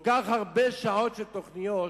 כל כך הרבה שעות של תוכניות,